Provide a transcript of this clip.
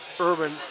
urban